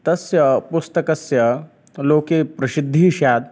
तस्य पुस्तकस्य लोके प्रसिद्धिः स्यात्